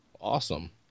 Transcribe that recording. Awesome